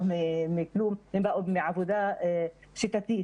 הם באו מעבודה שיטתית,